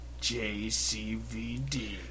JCVD